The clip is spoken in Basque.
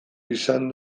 izan